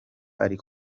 ari